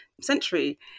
century